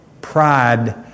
pride